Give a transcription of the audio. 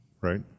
right